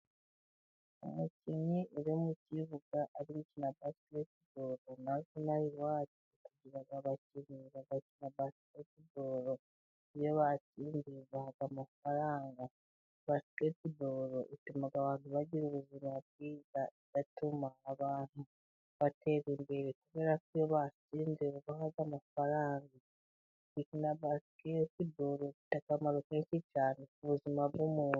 Umukinnyi uri mu kibuga ari gukina basketiboro. Natwe ino aha iwacu tugira abakinnyi bagakina basketiboro. Iyo batsinze babaha amafaranga. Basketiboro ituma abantu bagira ubuzima bwiza, igatuma abantu batera imbere kubera ko iyo batsinze babaha amafaranga. Gukina basketiboro bifite akamaro kenshi cyane ku buzima bw'umuntu.